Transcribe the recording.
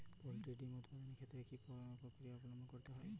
Poultry ডিম উৎপাদনের ক্ষেত্রে কি পক্রিয়া অবলম্বন করতে হয়?